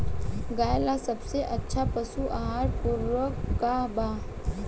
गाय ला सबसे अच्छा पशु आहार पूरक का बा?